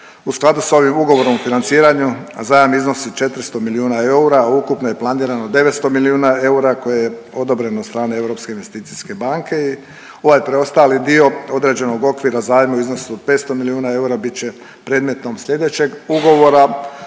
U skladu sa ovim Ugovorom o financiranju zajam iznosi 400 milijuna eura, a ukupno je planirano 900 milijuna eura koji je odobren od strane Europske investicijske banke i ovaj preostali dio odrađenog okvira zajma u iznosu od 500 milijuna eura bit će predmetom sljedećeg ugovora